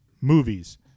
movies